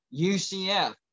UCF